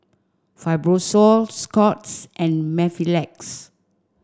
Fibrosol Scott's and Mepilex